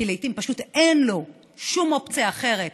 כי לעיתים פשוט אין לו שום אופציה אחרת